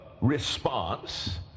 response